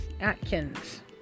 Atkins